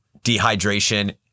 dehydration